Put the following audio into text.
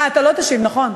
אה, אתה לא תשיב, נכון.